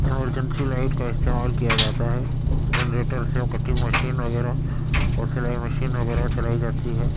emergency light کا استعمال کیا جاتا ہے جنریٹر سے کٹنگ مشین وغیرہ اور سلائی مشین وغیرہ چلائی جاتی ہے